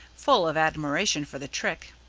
full of admiration for the trick.